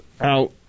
out